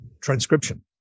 transcription